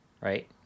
Right